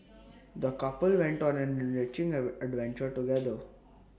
the couple went on an enriching Ad adventure together